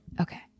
Okay